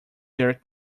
their